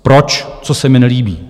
Proč, co se mi nelíbí?